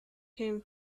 him